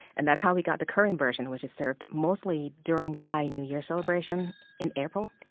and that's how we got the current version, which is served mostly during the thai new year celebration in april.